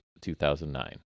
2009